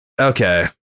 Okay